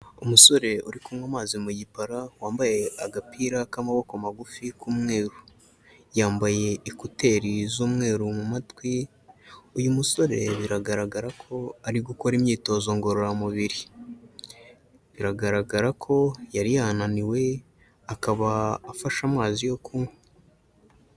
Umusore uri kunywa amazi mu gipara wambaye agapira k'amaboko magufi k'umweru, yambaye ekuteri z'umweru mu matwi, uyu musore biragaragara ko ari gukora imyitozo ngororamubiri, biragaragara ko yari yananiwe akaba afashe amazi yo kunywa.